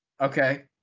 Okay